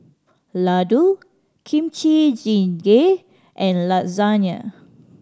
Ladoo Kimchi Jjigae and Lasagne